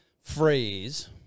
phrase